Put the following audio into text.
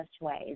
ways